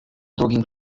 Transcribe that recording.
drugim